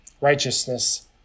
righteousness